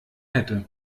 hätte